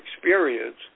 experience